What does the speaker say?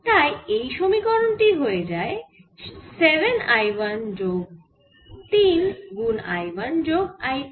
তাই এই সমীকরণ টি হয়ে যায় 7 I 1 যোগ 3 গুন I 1 যোগ I 2